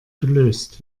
gelöst